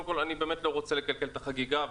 קודם כל, אני באמת לא רוצה לקלקל את החגיגה.